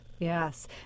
Yes